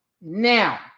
Now